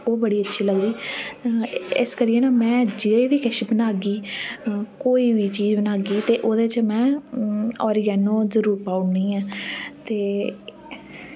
ओह् बड़ी अच्छी लगदी इस करियै ना में जे वी किश बनागी कोई वी चीज बनागी ते ओह्दे च में आरिगैनो जरूर पाई ओड़नी ऐं ते